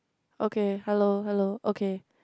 okay hello hello okay